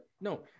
No